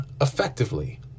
effectively